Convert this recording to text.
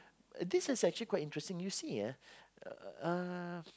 this is actually quite interesting you see ah uh